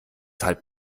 halb